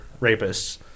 rapists